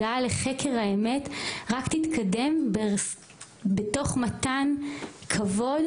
הגעה לחקר האמת רק תתקדם בתוך מתן כבוד